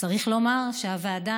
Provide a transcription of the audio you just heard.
וצריך לומר שהוועדה,